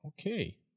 okay